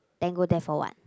then go there for what